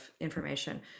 information